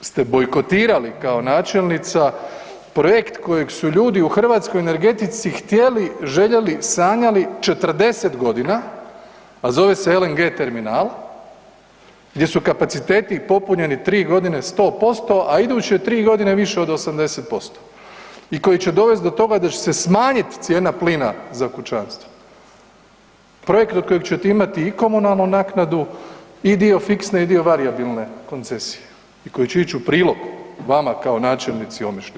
ste bojkotirali kao načelnica, projekt kojeg su ljudi u hrvatskoj energetici htjeli, željeli i sanjali 40.g., a zove se LNG terminal gdje su kapaciteti popunjeni 3.g. 100%, a iduće 3.g. više od 80% i koji će dovest do toga da će se smanjit cijena plina za kućanstva, projekt od kojeg ćete imati i komunalnu naknadu i dio fiksne i dio varijabilne koncesije i koji će ić u prilog vama kao načelnici Omišlja.